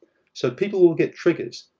so, people will get triggers.